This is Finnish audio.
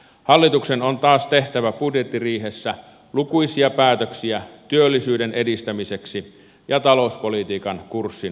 hallituksen on taas tehtävä budjettiriihessä lukuisia päätöksiä työllisyyden edistämiseksi ja talouspolitiikan kurssin muuttamiseksi